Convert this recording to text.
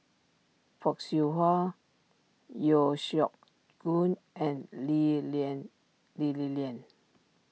Fock Siew Wah Yeo Siak Goon and Lee Lian Lee Li Lian